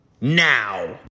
now